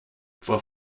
vor